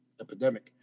epidemic